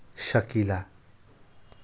सकिला